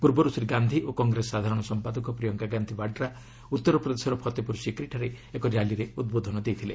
ପୂର୍ବରୁ ଶ୍ରୀ ଗାନ୍ଧି ଓ କଂଗ୍ରେସ ସାଧାରଣ ସମ୍ପାଦକ ପ୍ରିୟଙ୍କା ଗାନ୍ଧି ବାଡ୍ରା ଉତ୍ତର ପ୍ରଦେଶର ଫତେପୁର ସିକ୍ରିଠାରେ ଏକ ର୍ୟାଲିରେ ଉଦ୍ବୋଧନ ଦେଇଥିଲେ